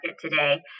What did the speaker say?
today